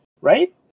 right